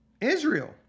Israel